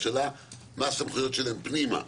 השאלה מה הסמכויות שלהם פנימה,